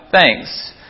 thanks